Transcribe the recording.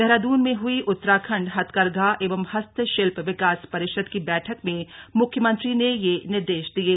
देहरादून में हुई उत्तराखण्ड हथकरघा एवं हस्त शिल्प विकास परिषद की बैठक में मुख्यमंत्री ने यह निर्देश दिये